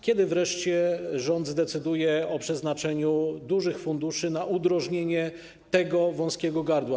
Kiedy wreszcie rząd zdecyduje o przeznaczeniu dużych funduszy na udrożnienie tego wąskiego gardła?